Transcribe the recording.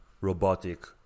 robotic